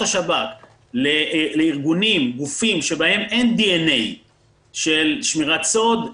השב"כ לארגונים וגופים שבהם אין די-אן-אי של שמירת סוד,